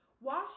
Wash